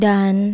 Dan